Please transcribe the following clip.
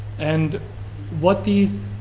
and what these